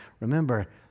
Remember